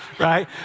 Right